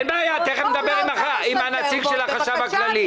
אין בעיה, תיכף נדבר עם האנשים של החשב הכללי.